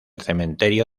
cementerio